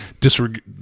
disregard